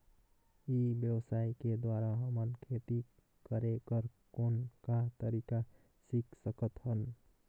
ई व्यवसाय के द्वारा हमन खेती करे कर कौन का तरीका सीख सकत हन?